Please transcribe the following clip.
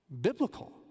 biblical